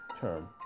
term